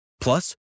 Plus